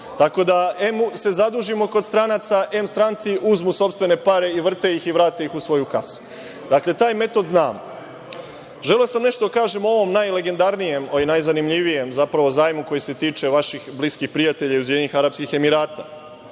Tako da, em se zadužimo kod stranaca, em stranci uzmu sopstvene pare i vrte ih i vrate u svoju kasu. Dakle, taj metod znamo. Želeo sam nešto da kažem o ovom najlegendarnijem i najzanimljivijem zajmu koji se tiče vaših bliskih prijatelja iz UAE. Zaista mislim